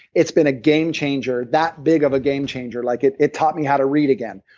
it's been a game changer, that big of a game changer. like it it taught me how to read again.